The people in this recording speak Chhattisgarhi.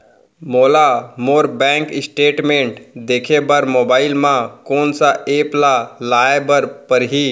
मोला मोर बैंक स्टेटमेंट देखे बर मोबाइल मा कोन सा एप ला लाए बर परही?